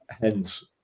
hence